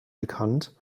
bekannt